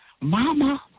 Mama